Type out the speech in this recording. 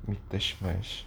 mittelschmerz